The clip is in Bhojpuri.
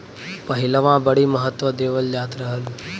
पहिलवां बड़ी महत्त्व देवल जात रहल